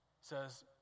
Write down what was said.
says